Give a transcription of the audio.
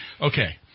Okay